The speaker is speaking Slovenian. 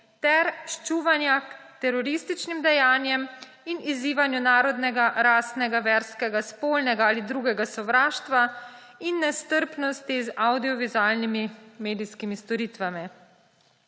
ter ščuvanja k terorističnim dejanjem in izzivanju narodnega, rasnega, verskega, spolnega ali drugega sovraštva in nestrpnosti z avdiovizualnimi medijskimi storitvami.